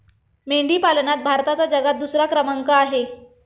मेंढी पालनात भारताचा जगात दुसरा क्रमांक आहे